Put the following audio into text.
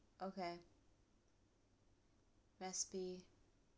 okay